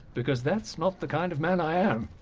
because that's not the kind of man i am.